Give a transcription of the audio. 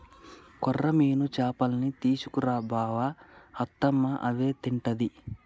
కొర్రమీను చేపల్నే తీసుకు రా బావ అత్తమ్మ అవే తింటది